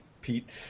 Pete